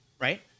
right